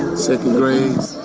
second grade.